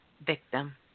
victim